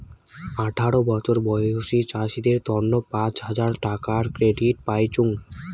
আঠারো বছর বয়সী চাষীদের তন্ন পাঁচ হাজার টাকার ক্রেডিট পাইচুঙ